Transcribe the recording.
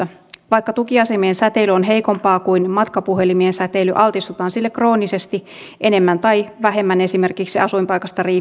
vaikka tukiasemien säteily on heikompaa kuin matkapuhelimien säteily altistutaan sille kroonisesti enemmän tai vähemmän esimerkiksi asuinpaikasta riippuen